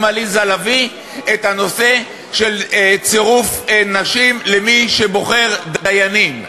עליזה לביא את הנושא של צירוף נשים למי שבוחר דיינים.